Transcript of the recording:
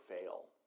fail